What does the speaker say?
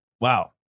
Wow